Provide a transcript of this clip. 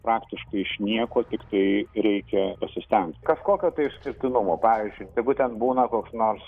praktiškai iš nieko tiktai reikia pasistengti kažkokio tai išskirtinumo pavyzdžiui tegu ten būna koks nors